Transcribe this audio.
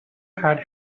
had